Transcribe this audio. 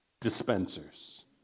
dispensers